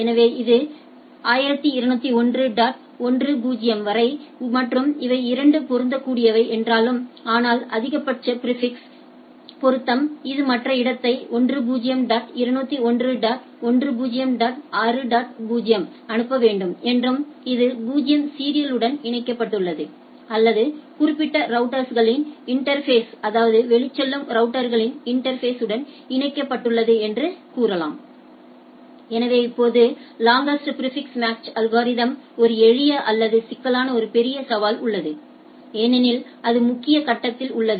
எனவே இது 1201 டாட் 10 வரை மற்றும் இவை இரண்டும் பொருந்தக்கூடியவை என்றாலும் ஆனால் அதிகபட்ச பிாிஃபிக்ஸ் பொருத்தம் இது மற்ற இடத்தை 10 டாட் 201 டாட் 10 டாட் 6 டாட் 0 க்கு அனுப்ப வேண்டும் என்றும் இது 0 சீரியலுடன் இணைக்கப்பட்டுள்ளது அல்லது குறிப்பிட்ட ரௌட்டர்ஸ்களின் இன்டா்ஃபேஸ் அதாவது வெளிச்செல்லும் ரௌட்டர்ஸ் இன்டா்ஃபேஸ் உடன் இணைக்கப்பட்டுள்ளது என்றும் கூறுகிறது எனவே இப்போது லாங்அஸ்ட் பிாிஃபிக்ஸ் மேட்ச் அல்கோரிதம்ஸ் ஒரு எளிய அல்லது சிக்கலான ஒரு பெரிய சவால் உள்ளது ஏனெனில் அது முக்கிய கட்டத்தில் உள்ளது